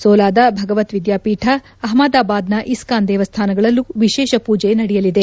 ಸೋಲಾದ ಭಗವತ್ ವಿದ್ಯಾಪೀಕ ಅಹ್ಯದಾಬಾದ್ನ ಇಸ್ಥಾನ್ ದೇವಸ್ಥಾನಗಳಲ್ಲೂ ವಿಶೇಷ ಪೂಜಿ ನಡೆಯಲಿದೆ